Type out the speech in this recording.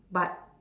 but